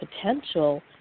potential